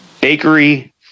Bakery